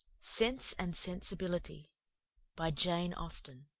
sense and sensibility by jane austen